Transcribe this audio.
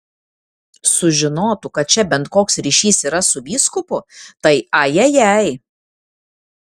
sužinotų kad čia bent koks ryšys yra su vyskupu tai ajajai